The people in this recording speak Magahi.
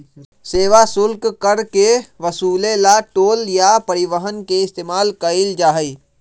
सेवा शुल्क कर के वसूले ला टोल या परिवहन के इस्तेमाल कइल जाहई